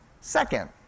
second